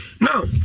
Now